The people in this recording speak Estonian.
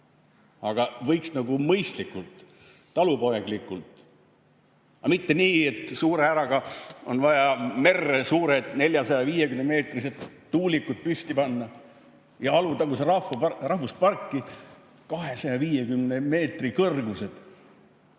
aga võiks nagu mõistlikult, talupoeglikult [mõelda]. Mitte nii, et suure käraga on vaja merre suured, 450-meetrised tuulikud püsti panna ja Alutaguse rahvusparki 250 meetri kõrgused,